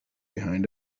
behind